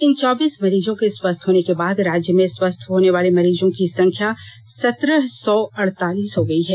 इन चौबीस मरीजों के स्वस्थ होने के बाद राज्य में स्वस्थ होने वाले मरीजों की संख्या सत्रह सौ अड़तालीस हो गई है